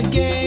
Game